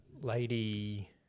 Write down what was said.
Lady